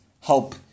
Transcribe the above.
Help